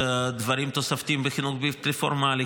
דברים תוספתיים בחינוך בלתי פורמלי.